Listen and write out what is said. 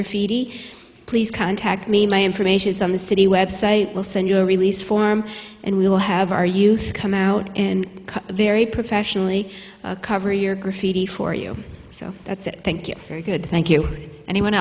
graffiti please contact me my information is on the city website will send you a release form and we will have our youth come out and very professionally cover your graffiti for you so that's it thank you very good thank you anyone